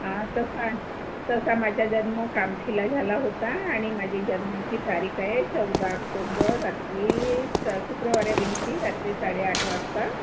हा तसा तसा माझा जन्म कामठीला झाला होता आणि माझी जन्माची तारीख आहे चौदा आक्टोंबर रात्री स शुक्रवार या दिवशी रात्री साडेआठ वाजता